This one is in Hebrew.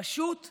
פשוט לא.